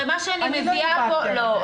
אני לא דיברתי --- לא,